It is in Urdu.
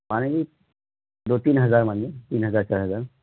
فائنلی دو تین ہزار مانیے تین ہزار چار ہزار